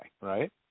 right